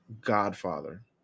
Godfather